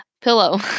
pillow